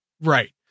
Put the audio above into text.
right